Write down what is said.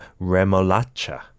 remolacha